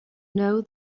know